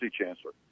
chancellor